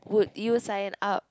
would you sign up